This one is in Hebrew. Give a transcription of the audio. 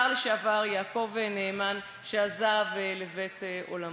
השר לשעבר יעקב נאמן, שעזב לבית עולמו.